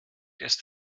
ist